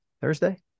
thursday